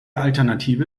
alternative